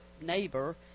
neighbor